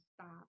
stop